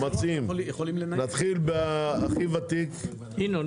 נתחיל עם ההכי ותיק,